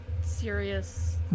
serious